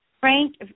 Frank